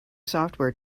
software